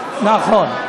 נכון,